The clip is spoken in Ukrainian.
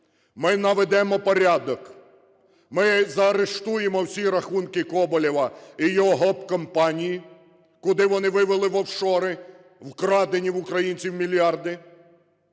Ми наведемо порядок, ми заарештуємо всі рахунки Коболєва і його гоп-компанії, куди вони вивели в офшори вкрадені в українців мільярди,